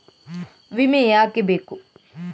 ವಿಮೆ ಯಾಕೆ ಬೇಕು?